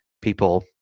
people